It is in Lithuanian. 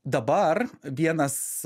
dabar vienas